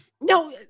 No